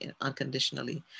unconditionally